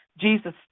Jesus